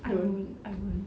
I won't I won't